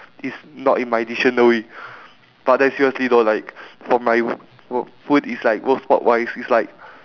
is not in my dictionary but then seriously though like for my ro~ food is like roast pork rice is like